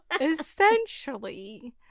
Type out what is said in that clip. Essentially